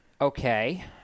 Okay